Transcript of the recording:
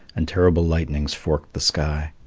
and terrible lightnings forked the sky.